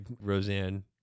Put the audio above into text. Roseanne